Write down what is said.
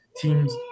teams